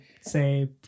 say